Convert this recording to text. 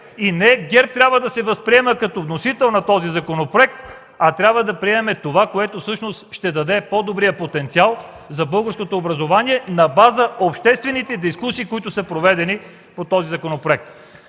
Не ГЕРБ трябва да се възприема като вносител на този законопроект, а трябва да приемем по-добрия потенциал за българското образование на база обществените дискусии, проведени по този законопроект.